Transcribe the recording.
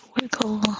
wiggle